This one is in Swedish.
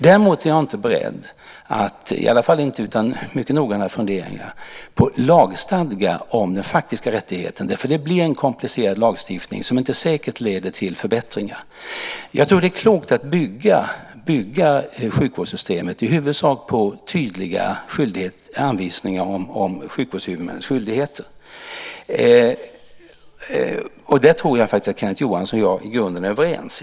Däremot är jag inte beredd, i alla fall inte utan mycket noggranna funderingar, på att lagstadga om den faktiska rättigheten. Det blir en komplicerad lagstiftning som inte säkert leder till förbättringar. Jag tror att det är klokt att bygga sjukvårdssystemet i huvudsak på tydliga anvisningar om sjukvårdshuvudmännens skyldigheter. Där tror jag att Kenneth Johansson och jag i grunden är överens.